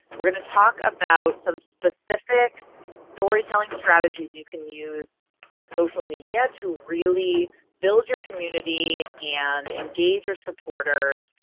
we're going to talk about some specific storytelling strategies that you can use on social media to really build your community, and engage your supporters,